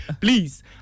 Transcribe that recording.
please